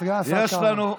זה מפריע לנו.